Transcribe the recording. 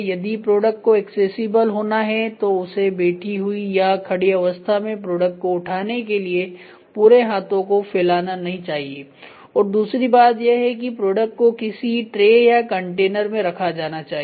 यदि प्रोडक्ट को एक्सेसिबल होना है तो उसे बैठी हुई या खड़ी अवस्था में प्रोडक्ट को उठाने के लिए पूरे हाथों को फैलाना नहीं चाहिए और दूसरी बात यह है कि प्रोडक्ट को किसी ट्रे या कंटेनर में रखा जाना चाहिए